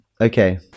Okay